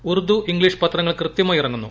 Urdu English പത്രങ്ങൾ കൃത്യമായി ഇറങ്ങുന്നു